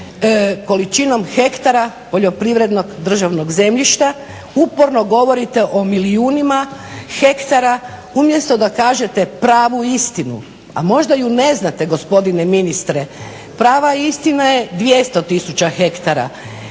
količinom hektara poljoprivrednog državnog zemljišta, uporno govorite o milijunima hektara umjesto da kažete pravu istinu. A možda ju ne znate gospodine ministre? Prava istina je 200 tisuća hektara.